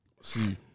See